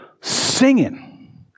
singing